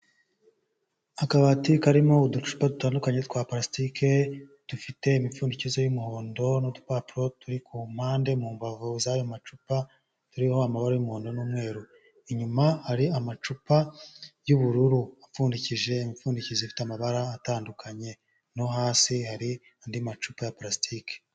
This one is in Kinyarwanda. Akabati karimo uducupa dutandukanye twa parasitike, dufite imipfundikizo y'umuhondo, n'udupapuro turi ku mpande mu mbavu z'ayo macupa, turiho amabara y'umuhondo n'umweru, inyuma hari amacupa y'ubururu apfundikije imipfundikizo ifite amabara atandukanye, no hasi hari andi macupa ya parasitike.